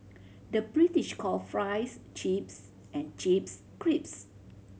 the British call fries chips and chips